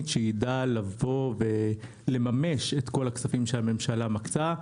שיידע לממש את כל הכספים שהממשלה מקצה,